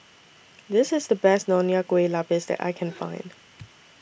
This IS The Best Nonya Kueh Lapis that I Can Find